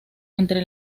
entre